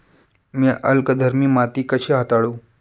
मी अल्कधर्मी माती कशी हाताळू?